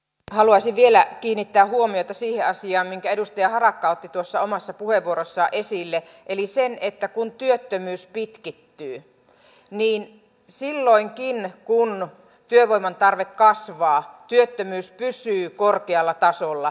haluaisin vielä kiinnittää huomiota siihen asiaan minkä edustaja harakka otti tuossa omassa puheenvuorossaan esille eli siihen että kun työttömyys pitkittyy niin silloinkin kun työvoiman tarve kasvaa työttömyys pysyy korkealla tasolla